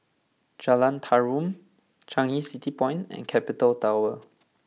Jalan Tarum Changi City Point and Capital Tower